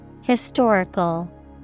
Historical